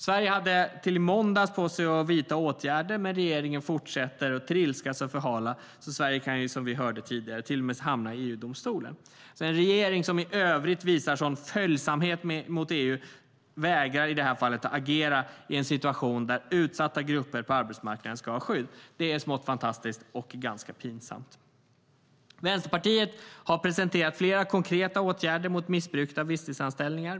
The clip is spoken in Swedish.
Sverige hade till i måndags på sig att vidta åtgärder, men regeringen fortsätter att trilskas och förhala. Sverige kan, som vi hörde tidigare, till och med hamna i EU-domstolen. En regering som i övrigt visar en sådan följsamhet mot EU vägrar i det här fallet att agera i en situation där utsatta grupper på arbetsmarknaden ska ha skydd. Det är smått fantastiskt och ganska pinsamt. Vänsterpartiet har presenterat flera konkreta åtgärder mot missbruket av visstidsanställningar.